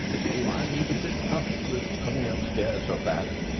though i was a bit puffed with coming upstairs so fast.